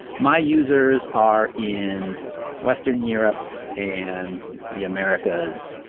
my users are in western europe and the americas,